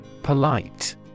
Polite